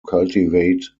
cultivate